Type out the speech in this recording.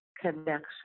connection